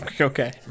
Okay